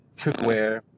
cookware